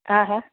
हा हा